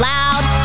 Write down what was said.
Loud